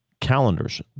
calendars